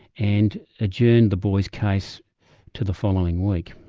and adjourned the boy's case to the following week.